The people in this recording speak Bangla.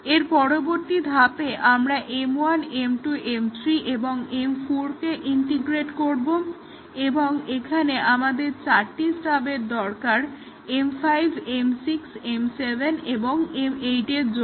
এর পরবর্তী ধাপে আমরা M1 M2 M3 এবং M4 কে ইন্টিগ্রেট করব এবং এখানে আমাদের চারটি স্টাবের দরকার M5 M6 M7 এবং M8 এর জন্য